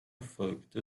folgte